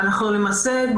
למעשה,